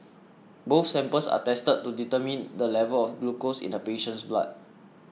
both samples are tested to determine the level of glucose in the patient's blood